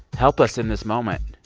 help us in this moment.